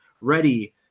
ready